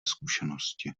zkušenosti